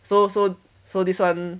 so so so this one